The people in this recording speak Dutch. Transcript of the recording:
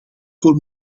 voor